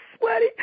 sweaty